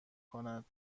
کنند